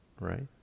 right